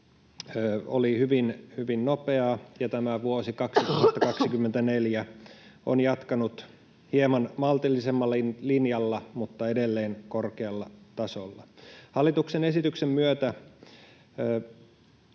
hyvin nopeaa. Tämä vuosi 2024 jatkaa hieman maltillisemmalla linjalla mutta edelleen korkealla tasolla. Hallituksen esityksen myötä